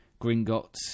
Gringotts